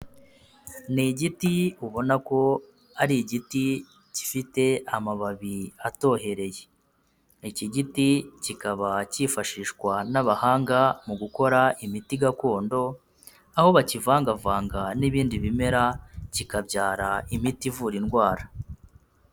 Ni igiti ubona ko ari igiti gifite amababi atohereye. Iki giti kikaba cyifashishwa n'abahanga mu gukora imiti gakondo aho bakivangavanga n'ibindi bimera kikabyara imiti ivura indwara.